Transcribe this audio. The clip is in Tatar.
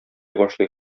башлый